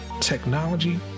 technology